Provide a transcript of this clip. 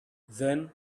then